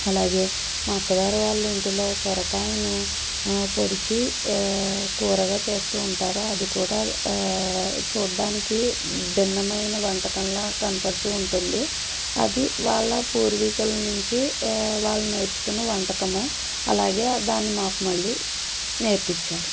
అలాగే మా అత్తగారు వాళ్ళ ఇంటిలో సొరకాయను పొడిచి కూరగా చేస్తూ ఉంటారు అది కూడా చూడ్డానికి భిన్నమైన వంటకంలా కనపడుతూ ఉంటుంది అది వాళ్ళ పూర్వీకుల నుంచి వాళ్ళు నేర్చుకున్న వంటకము అలాగే దాన్ని మాకు మళ్ళీ నేర్పిచ్చారు